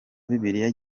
bibiliya